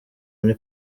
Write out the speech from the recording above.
muri